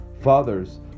Fathers